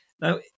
Now